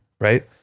Right